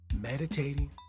meditating